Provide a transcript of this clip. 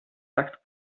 takt